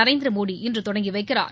நரேந்திரமோடி இன்று தொடங்கி வைக்கிறார்